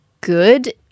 good